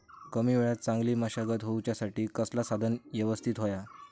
कमी वेळात चांगली मशागत होऊच्यासाठी कसला साधन यवस्तित होया?